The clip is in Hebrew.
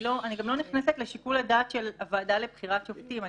אני גם לא נכנסת לשיקול הדעת של הוועדה לבחירת שופטים.